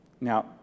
Now